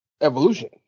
evolution